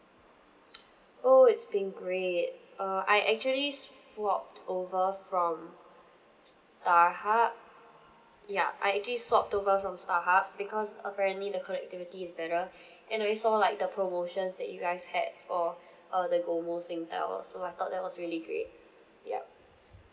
oh it's been great uh I actually swapped over from starhub yup I actually swapped over from starhub because apparently the connectivity is better and I saw like the promotions that you guys had for uh the GOMO singtel oh so I thought that was really great yup